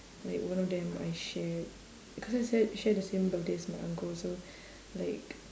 like one of them I shared because I share share the same birthday as my uncle so like